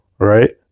right